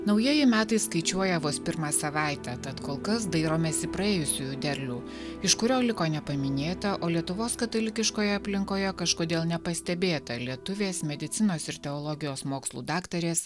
naujieji metai skaičiuoja vos pirmą savaitę tad kol kas dairomės į praėjusiųjų derlių iš kurio liko nepaminėta o lietuvos katalikiškoje aplinkoje kažkodėl nepastebėta lietuvės medicinos ir teologijos mokslų daktarės